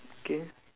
K